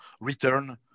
return